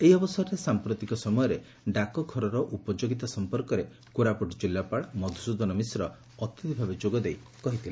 ଏହି ଅବସରରେ ସାଂପ୍ରତିକ ସମୟରେ ଡାକଘରର ଉପଯୋଗିତା ସଂପର୍କରେ କୋରାପୁଟ ଜିଲ୍ଲାପାଳ ମଧୁସ୍ଦନ ମିଶ୍ର ଅତିଥଭାବେ ଯୋଗଦେଇ କହିଥିଲେ